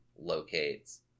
locates